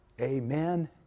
Amen